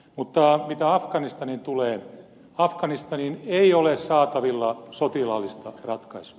mutta mitä afganistaniin tulee afganistaniin ei ole saatavilla sotilaallista ratkaisua